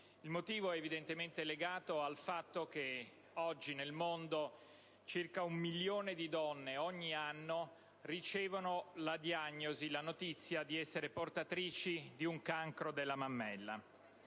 Il motivo è evidentemente legato al fatto che oggi, nel mondo, circa un milione di donne ogni anno ricevono la diagnosi e la notizia di essere portatrici di un cancro della mammella.